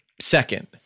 second